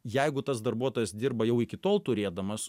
jeigu tas darbuotojas dirba jau iki tol turėdamas